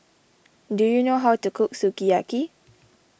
do you know how to cook Sukiyaki